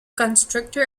constructor